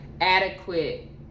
adequate